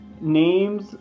names